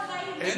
אז,